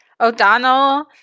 O'Donnell